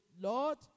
Lord